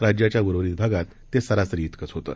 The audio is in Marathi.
राज्याच्या उर्वरित भागात ते सरासरी तिकच होतं